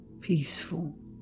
peaceful